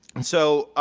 and so